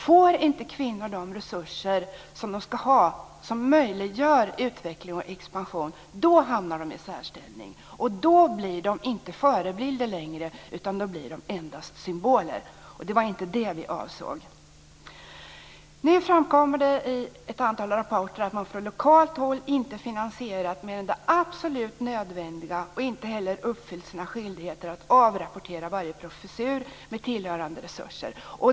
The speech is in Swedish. Får inte kvinnor de resurser de ska ha och som möjliggör utveckling och expansion - då hamnar de i särställning och då blir de inte förebilder längre. Då blir de endast symboler, och det var inte det vi avsåg. I ett antal rapporter framkommer nu att man från lokalt håll inte finansierat mer än det absolut nödvändiga och inte heller uppfyllt sina skyldigheter att avrapportera varje professur med tillhörande resurser.